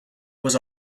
was